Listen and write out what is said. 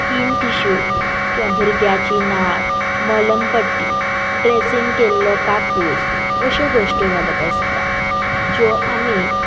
skin tissue किंवां भुरग्याची नाळ मलमपट्टी ड्रेसींग केल्लो कापूस अश्यो गोश्ट्यो घालप आसता ज्यो आमी